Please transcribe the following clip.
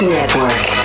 Network